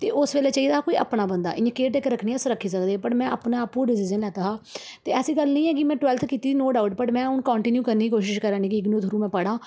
ते उस बेल्लै चाहिदा कोई अपना बंदा इ'यां केयर टेकर रक्खने गी अस रक्खी सकदे हे पर में अपना आपूं डिसीजन लैता हा ते ऐसी गल्ल निं ऐ कि में टवेल्फ्थ कीती ऐ नो डाऊट वट् में हून कंटिन्यू करने दी कोशश करा नी कि इग्नू दे थ्रू में पढ़ांऽ